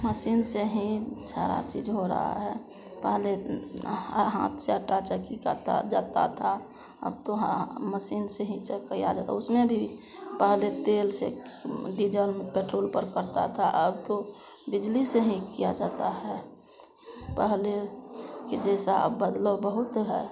machine से ही सारा चीज हो रहा है पहले हाथ से आटा चक्की काता जाता था अब तो हाँ मसीन से ही किया जाता उसमें भी पहले तेल से कि डीजल में पेट्रोल पर करता था अब तो बिजली से ही किया जाता है पहले के जैसा अब बदलाव बहुत है